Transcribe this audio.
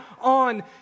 on